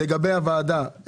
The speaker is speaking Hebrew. לגבי הוועדה,